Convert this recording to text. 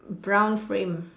brown frame